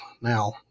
now